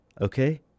okay